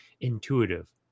intuitive